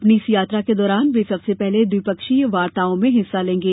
अपनी इस यात्रा के दौरान वे सबसे पहले द्विपक्षीय वार्ताओं में हिस्सा लेंगे